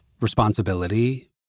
responsibility